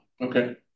okay